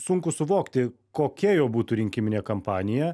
sunku suvokti kokia jo būtų rinkiminė kampanija